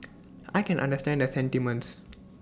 I can understand the sentiments